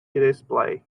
display